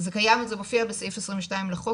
זה קיים וזה מופיע בסעיף 22 בחוק